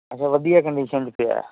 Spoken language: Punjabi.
ਅੱਛਾ ਵਧੀਆ ਕੰਡੀਸ਼ਨ 'ਚ ਪਿਆ ਐ